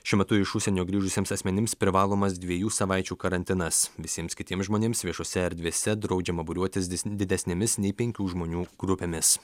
šiuo metu iš užsienio grįžusiems asmenims privalomas dviejų savaičių karantinas visiems kitiems žmonėms viešose erdvėse draudžiama būriuotis didesnėmis nei penkių žmonių grupėmis